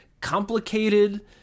complicated